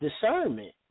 discernment